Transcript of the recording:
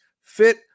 fit